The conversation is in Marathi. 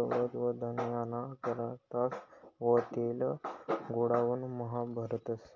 गवत व धान्य आना करता करतस व तेले गोडाऊन म्हा भरतस